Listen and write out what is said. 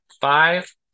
five